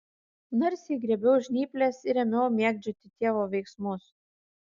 narsiai griebiau žnyples ir ėmiau mėgdžioti tėvo veiksmus